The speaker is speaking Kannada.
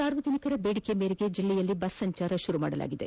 ಸಾರ್ವಜನಿಕರ ಬೇಡಿಕೆ ಮೇರೆಗೆ ಜಿಲ್ಲೆಯಲ್ಲಿ ಬಸ್ ಸಂಚಾರ ಆರಂಭಿಸಲಾಗಿದೆ